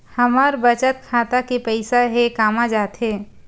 हमर बचत खाता के पईसा हे कामा जाथे?